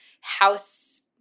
house